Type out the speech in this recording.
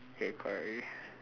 okay correct already